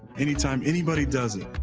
anytime anybody does it,